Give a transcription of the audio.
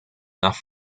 nach